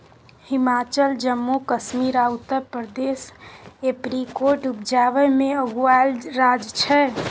हिमाचल, जम्मू कश्मीर आ उत्तर प्रदेश एपरीकोट उपजाबै मे अगुआएल राज्य छै